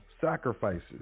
sacrifices